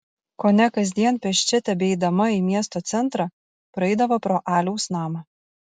kone kasdien pėsčia tebeidama į miesto centrą praeidavo pro aliaus namą